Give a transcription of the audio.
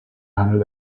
handelt